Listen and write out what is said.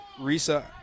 Risa